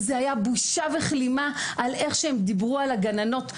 בושה וכלימה איך שהם דיברו על הגננות,